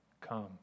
Come